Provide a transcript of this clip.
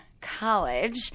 college